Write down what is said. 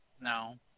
No